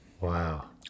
Wow